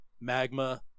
magma